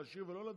להשיב ולא להצביע?